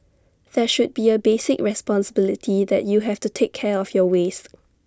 there should be A basic responsibility that you have to take care of your waste